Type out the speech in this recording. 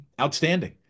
outstanding